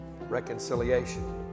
reconciliation